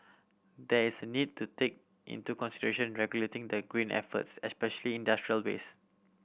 there is a need to take into consideration regulating the green efforts especially industrial waste